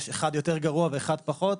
יש אחד יותר גרוע ואחד פחות,